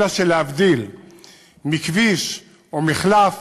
אלא שלהבדיל מכביש, מחלף